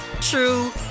true